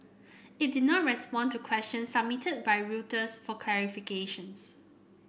it did not respond to questions submitted by Reuters for clarifications